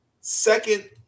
second –